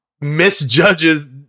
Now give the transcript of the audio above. misjudges